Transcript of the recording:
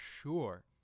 sure